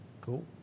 Cool